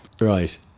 Right